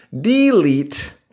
delete